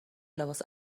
لباس